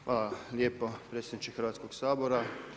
Hvala lijepo predsjedniče Hrvatskog sabora.